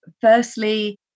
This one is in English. Firstly